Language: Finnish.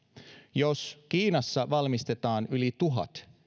jos kiinassa valmistetaan yli tuhat